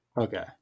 Okay